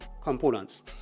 components